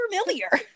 familiar